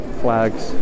flags